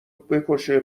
بکشه